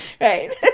Right